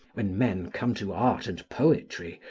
when men come to art and poetry,